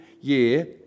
year